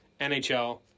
NHL